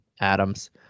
Adams